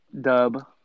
Dub